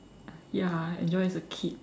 ya enjoy as a kid